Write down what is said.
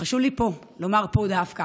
חשוב לי פה לומר, פה דווקא,